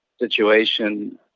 situation